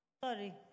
Sorry